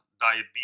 diabetes